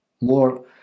more